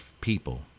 people